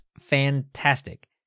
fantastic